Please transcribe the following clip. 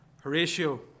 Horatio